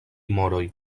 moroj